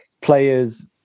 players